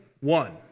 one